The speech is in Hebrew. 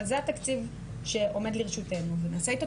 אבל זה התקציב שעומד לרשותנו ונעשה איתו